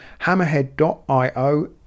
hammerhead.io